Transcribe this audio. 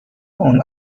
اون